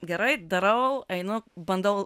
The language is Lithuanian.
gerai darau einu bandau